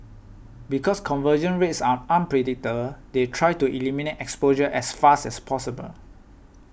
because conversion rates are unpredictable they try to eliminate exposure as fast as possible